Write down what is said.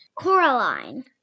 Coraline